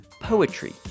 poetry